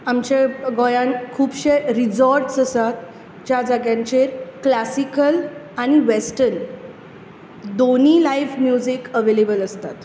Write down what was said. आमच्या गोंयांत खुबशे रिजाॅर्ट्स आसात ज्या जाग्यांचेर क्लासिकल आनी वेस्टर्न दोनूय लायव्ह म्युजीक अवेलेबल आसता